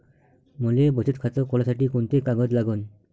मले बचत खातं खोलासाठी कोंते कागद लागन?